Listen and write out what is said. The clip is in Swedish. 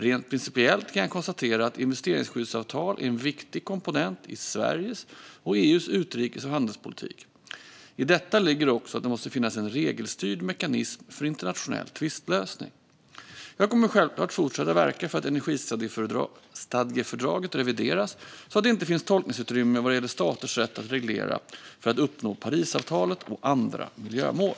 Rent principiellt kan jag konstatera att investeringsskyddsavtal är en viktig komponent i Sveriges och EU:s utrikes och handelspolitik. I detta ligger också att det måste finnas en regelstyrd mekanism för internationell tvistlösning. Jag kommer självklart att fortsätta verka för att energistadgefördraget revideras så att det inte finns tolkningsutrymme vad gäller staters rätt att reglera för att uppnå Parisavtalet och andra miljömål.